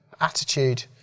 Attitude